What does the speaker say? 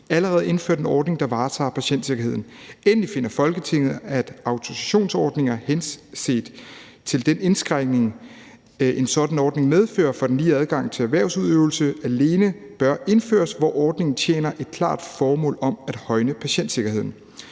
allerede er indført en ordning, der varetager patientsikkerheden. Endelig finder Folketinget, at autorisationsordninger, henset til den indskrænkning, en sådan ordning medfører for den lige adgang til erhvervsudøvelse, alene bør indføres, hvor ordningen tjener et klart formål om at højne patientsikkerheden.